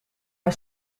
hij